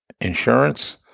insurance